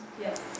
Yes